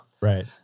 Right